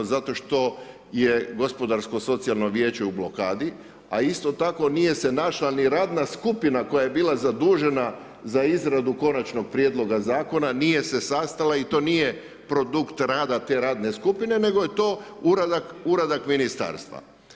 Zato što je Gospodarsko socijalno vijeće u blokadi, a isto tako nije se našla niti radna skupina koja je bila zadužena za izradu Konačnog prijedloga zakona nije se sastala i to nije produkt rada te radne skupine, nego je to uradak ministarstva.